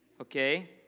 okay